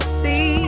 see